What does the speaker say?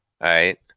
right